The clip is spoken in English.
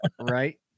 Right